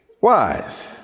wise